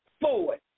forward